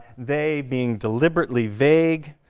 they being deliberately vague,